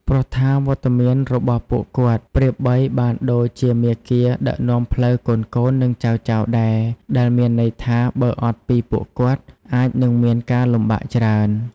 ព្រោះថា វត្តមានរបស់ពួកគាត់ប្រៀបបីបានដូចជាមាគ៌ាដឹកនាំផ្លូវកូនៗ និងចៅៗដែរ ដែលមានន័យថា បើអត់ពីពួកគាត់ អាចនឹងមានការលំបាកច្រើន។